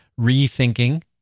rethinking